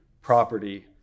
property